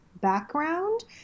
background